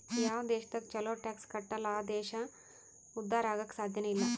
ಯಾವ್ ದೇಶದಾಗ್ ಛಲೋ ಟ್ಯಾಕ್ಸ್ ಕಟ್ಟಲ್ ಅಲ್ಲಾ ಆ ದೇಶ ಉದ್ಧಾರ ಆಗಾಕ್ ಸಾಧ್ಯನೇ ಇಲ್ಲ